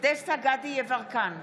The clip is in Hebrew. דסטה גדי יברקן,